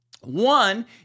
one